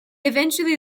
eventually